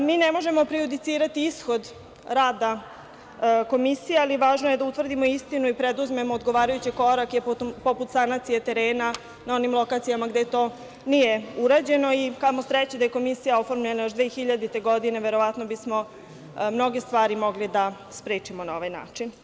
Mi ne možemo prejudicirati ishod rada komisije, ali važno je da utvrdimo istinu i preduzmemo odgovarajuće korake, poput sanacije terena na onim lokacijama gde to nije urađene i kamo sreće da je komisija oformljena još 2000. godine, verovatno bismo mnoge stvari mogli da sprečimo na ovaj način.